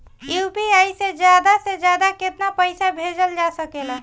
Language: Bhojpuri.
यू.पी.आई से ज्यादा से ज्यादा केतना पईसा भेजल जा सकेला?